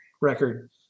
record